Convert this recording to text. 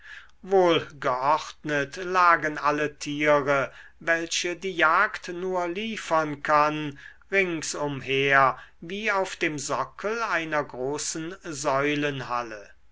wohlgeordnet lagen alle tiere welche die jagd nur liefern kann rings umher wie auf dem sockel einer großen säulenhalle